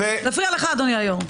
זה הפריע לך אדוני היושב-ראש.